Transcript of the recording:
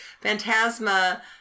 Phantasma